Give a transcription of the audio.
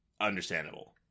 understandable